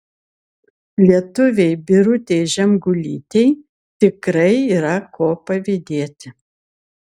lietuvei birutei žemgulytei tikrai yra ko pavydėti